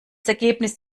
ergebnis